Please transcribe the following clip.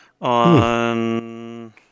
on